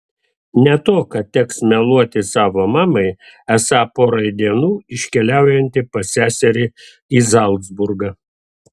ne to kad teks meluoti savo mamai esą porai dienų iškeliaujanti pas seserį į zalcburgą